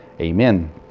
Amen